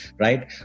right